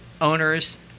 owners